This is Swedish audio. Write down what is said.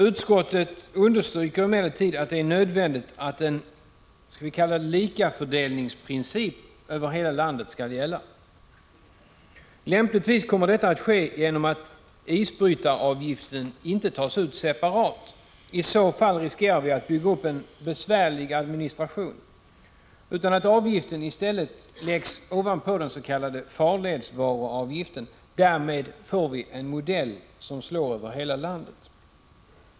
Utskottet understryker emellertid att det är nödvändigt att en ”likafördelningsprincip” skall gälla över hela landet. Lämpligen kommer detta att ske genom att isbrytaravgiften inte tas ut separat, i vilket fall vi riskerar att bygga upp en besvärlig administration, utan genom att avgiften i stället läggs ovanpå den s.k. farledsvaruavgiften. Därmed får vi en modell som slår över hela landet.